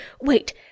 Wait